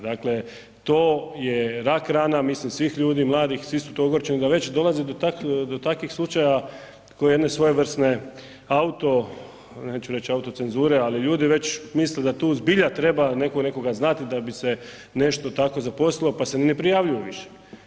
Dakle to je rak rana mislim svih ljudi, mladih, svi su tu ogorčeni, da već dolazi do takvih slučajeva kao jedne svojevrsne auto, neću reći autocenzure ali ljudi već misle da tu zbilja neko nekoga znati da bi se nešto tako zaposlilo pa se ni ne prijavljuju više.